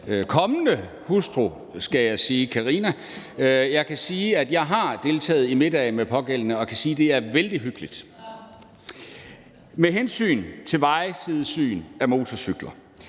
kommende hustru, skal jeg sige, nemlig Carina. Jeg kan sige, at jeg har deltaget i middage med de pågældende, og det er vældig hyggeligt. Med hensyn til vejsidesyn af motorcykler